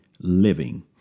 living